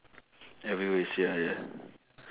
everywhere sell ya